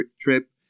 trip